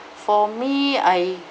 for me I